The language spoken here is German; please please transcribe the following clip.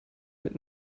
mit